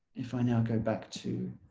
if i now go back to